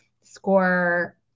score